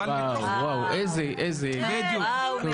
בדיוק.